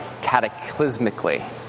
cataclysmically